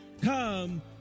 Come